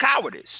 cowardice